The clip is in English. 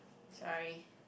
sorry